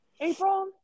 April